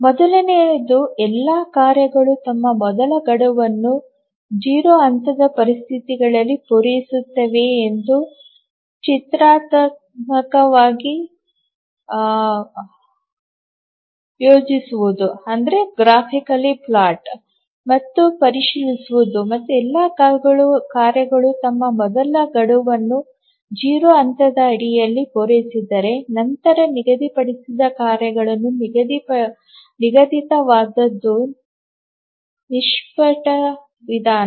ಮೊದಲನೆಯದು ಎಲ್ಲಾ ಕಾರ್ಯಗಳು ತಮ್ಮ ಮೊದಲ ಗಡುವನ್ನು 0 ಹಂತದ ಪರಿಸ್ಥಿತಿಗಳಲ್ಲಿ ಪೂರೈಸುತ್ತದೆಯೇ ಎಂದು ಚಿತ್ರಾತ್ಮಕವಾಗಿ ಯೋಜಿಸುವುದು ಮತ್ತು ಪರಿಶೀಲಿಸುವುದು ಮತ್ತು ಎಲ್ಲಾ ಕಾರ್ಯಗಳು ತಮ್ಮ ಮೊದಲ ಗಡುವನ್ನು 0 ಹಂತದ ಅಡಿಯಲ್ಲಿ ಪೂರೈಸಿದರೆ ನಂತರ ನಿಗದಿಪಡಿಸಿದ ಕಾರ್ಯಗಳು ನಿಗದಿತವಾದದ್ದು ನಿಷ್ಕಪಟ ವಿಧಾನ